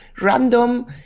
random